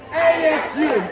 ASU